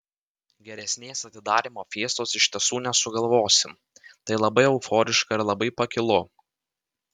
geresnės atidarymo fiestos iš tiesų nesugalvosi tai labai euforiška ir labai pakilu